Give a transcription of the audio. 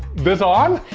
this on.